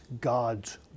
God's